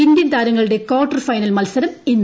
Indian താരങ്ങളുടെ quarter final മത്സരം ഇന്ന്